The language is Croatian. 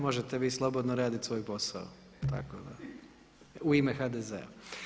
Možete vi slobodno radit svoj posao, tako da, u ime HDZ-a.